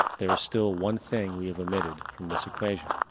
there is still one thing we have omitted from this equation.